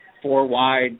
four-wide